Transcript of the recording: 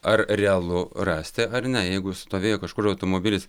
ar realu rasti ar ne jeigu stovėjo kažkur automobilis